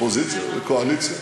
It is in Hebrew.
אופוזיציה וקואליציה,